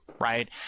right